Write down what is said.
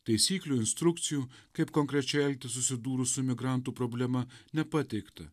taisyklių instrukcijų kaip konkrečiai elgtis susidūrus su migrantų problema nepateikta